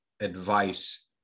advice